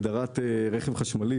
הגדרת רכב חשמלי.